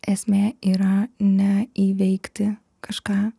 esmė yra ne įveikti kažką